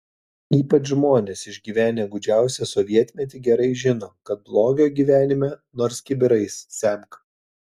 ypač žmonės išgyvenę gūdžiausią sovietmetį gerai žino kad blogio gyvenime nors kibirais semk